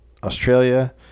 Australia